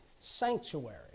sanctuary